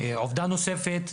עובדה נוספת,